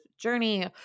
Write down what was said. journey